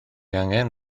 angen